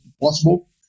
possible